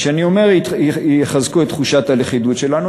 וכשאני אומר "יחזקו את תחושת הלכידות שלנו",